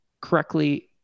correctly